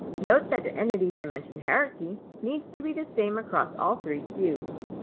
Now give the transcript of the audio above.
note that the entity dimension hierarchy needs to be the same across all three cubes.